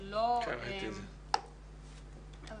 אני